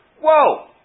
Whoa